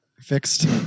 fixed